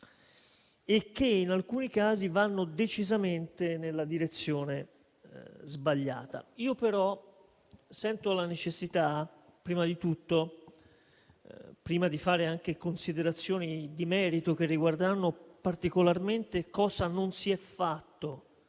e che in alcuni casi vanno decisamente nella direzione sbagliata. Prima di tutto e prima di fare anche considerazioni di merito che riguarderanno particolarmente cosa non si è fatto